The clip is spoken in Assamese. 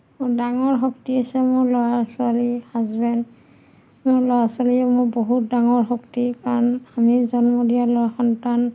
মোৰ ডাঙৰ শক্তি হৈছে মোৰ ল'ৰা ছোৱালী হাজবেণ্ড মোৰ ল'ৰা ছোৱালীয়ে মোৰ বহুত ডাঙৰ শক্তি কাৰণ আমি জন্ম দিয়া ল'ৰা সন্তান